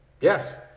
yes